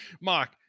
Mark